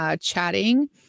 Chatting